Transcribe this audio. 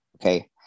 Okay